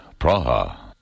Praha